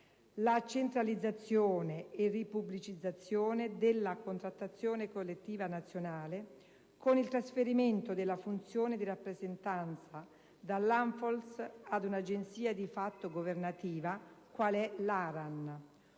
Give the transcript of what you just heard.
la centralizzazione e ripubblicizzazione della contrattazione collettiva nazionale con il trasferimento della funzione di rappresentanza dall'ANFOLS ad una agenzia di fatto governativa quale è l'ARAN